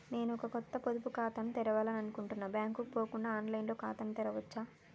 నేను ఒక కొత్త పొదుపు ఖాతాను తెరవాలని అనుకుంటున్నా బ్యాంక్ కు పోకుండా ఆన్ లైన్ లో ఖాతాను తెరవవచ్చా?